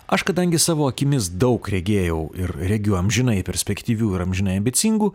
aš kadangi savo akimis daug regėjau ir regiu amžinai perspektyvių ir amžinai ambicingų